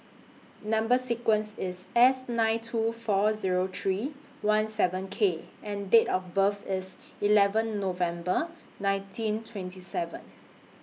Number sequence IS S nine two four Zero three one seven K and Date of birth IS eleven November nineteen twenty seven